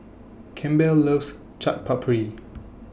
Campbell loves Chaat Papri